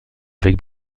avec